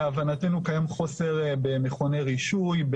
להבנתנו קיים חוסר במכוני רישוי,